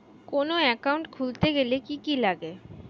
কোন একাউন্ট খুলতে গেলে কি কি লাগে?